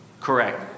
Correct